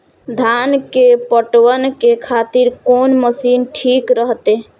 धान के पटवन के खातिर कोन मशीन ठीक रहते?